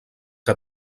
que